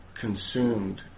consumed